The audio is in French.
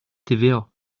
tva